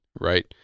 Right